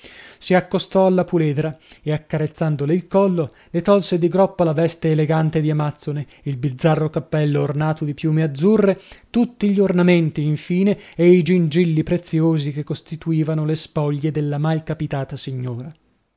il collo le tolse di groppa la veste elegante di amazzone il bizzarro cappello ornato di piume azzurre tutti gli ornamenti infine e i gingilli preziosi che costituivano le spoglie della mal capitata signora